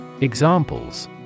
Examples